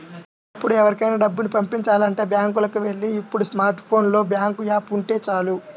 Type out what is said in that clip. ఒకప్పుడు ఎవరికైనా డబ్బుని పంపిచాలంటే బ్యాంకులకి వెళ్ళాలి ఇప్పుడు స్మార్ట్ ఫోన్ లో బ్యాంకు యాప్ ఉంటే చాలు